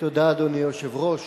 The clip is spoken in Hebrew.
אדוני היושב-ראש,